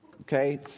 Okay